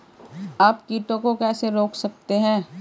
आप कीटों को कैसे रोक सकते हैं?